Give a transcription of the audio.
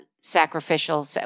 sacrificial